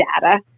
data